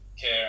care